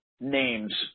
names